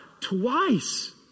twice